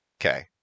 Okay